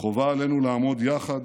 חובה עלינו לעמוד יחד,